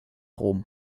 rom